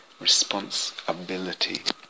responsibility